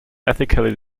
ethically